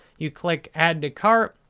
you click add to cart.